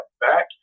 back